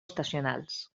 estacionals